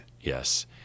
yes